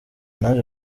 naje